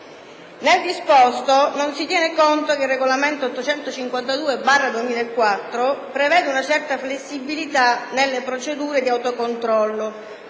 Nel disposto non si tiene conto che il regolamento (CE) 852/2004 prevede una certa flessibilità nelle procedure di autocontrollo